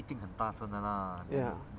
ya